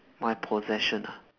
my possession ah